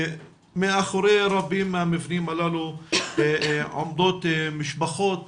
מאחורי רבים מהמבנים הללו עומדות משפחות